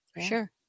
Sure